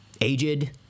aged